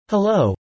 Hello